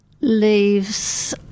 leaves